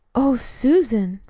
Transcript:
oh, susan,